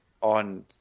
on